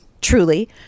truly